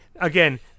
again